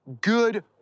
good